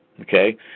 okay